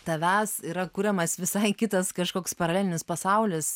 tavęs yra kuriamas visai kitas kažkoks paralelinis pasaulis